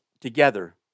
together